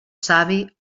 savi